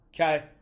Okay